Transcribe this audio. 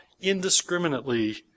indiscriminately